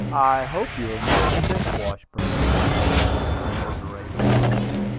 i hope you are not sick, washburn, i said, in commiserating tones.